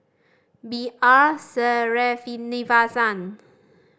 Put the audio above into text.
B R Sreenivasan